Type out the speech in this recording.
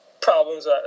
problems